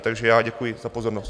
Takže já děkuji za pozornost.